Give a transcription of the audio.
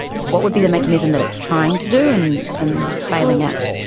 what would be the mechanism that it's trying to do and and failing at?